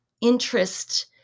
interest